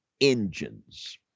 engines